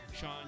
Sean